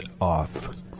off